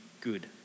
good